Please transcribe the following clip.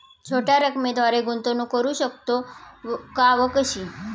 छोट्या रकमेद्वारे गुंतवणूक करू शकतो का व कशी?